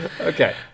okay